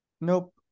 Nope